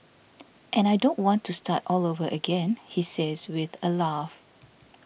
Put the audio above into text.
and I don't want to start all over again he says with a laugh